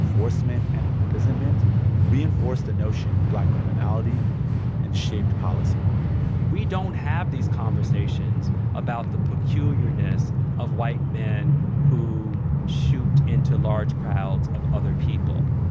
enforcement and imprisonment reinforced the notion of black criminality and shaped policy we don't have these conversations about the peculiarness of white men who shoot into large crowds of other people.